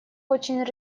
очень